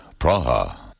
Praha